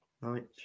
Right